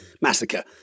Massacre